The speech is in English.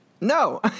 No